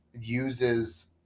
uses